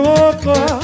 over